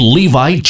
Levi